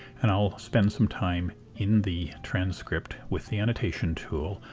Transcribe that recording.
and i'll spend some time in the transcript, with the annotation tool,